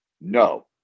No